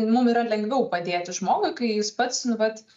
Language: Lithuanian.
mum yra lengviau padėti žmogui kai jis pats nu vat